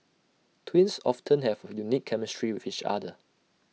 twins often have A unique chemistry with each other